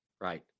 Right